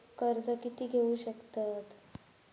कर्ज कीती घेऊ शकतत?